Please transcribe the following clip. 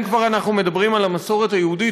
אם כבר אנחנו מדברים על המסורת היהודית,